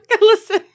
Listen